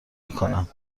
میکنم